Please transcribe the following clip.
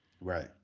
Right